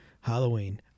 halloween